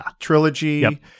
trilogy